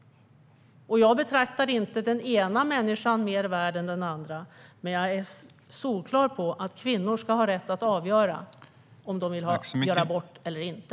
Jag betraktar inte den ena människan som mer värd än den andra, men jag vill vara solklar med att kvinnor ska ha rätt att avgöra om de vill göra abort eller inte.